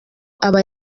aba